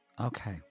okay